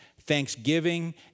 Thanksgiving